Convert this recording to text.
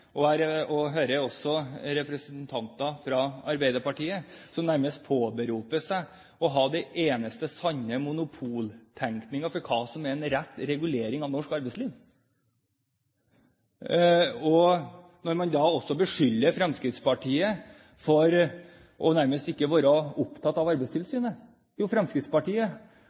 jeg hører representanten Kolberg, og også andre representanter fra Arbeiderpartiet, som nærmest påberoper seg å ha det eneste sanne monopolet på hva som er riktig regulering av norsk arbeidsliv. Når man beskylder Fremskrittspartiet for nærmest ikke å være opptatt av Arbeidstilsynet, så kan jeg si at Fremskrittspartiet